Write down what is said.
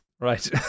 Right